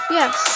yes